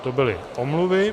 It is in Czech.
To byly omluvy.